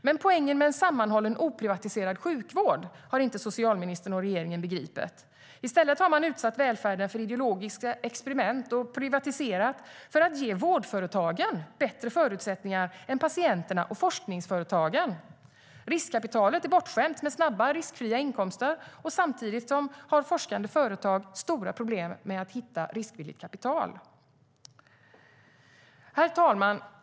Men poängen med en sammanhållen oprivatiserad sjukvård har inte socialministern och regeringen begripit. I stället har man utsatt välfärden för ideologiska experiment och privatiserat för att ge vårdföretagen bättre förutsättningar än patienterna och forskningsföretagen. Riskkapitalet är bortskämt med snabba riskfria inkomster. Samtidigt har forskande företag stora problem med att hitta riskvilligt kapital. Herr talman!